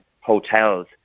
hotels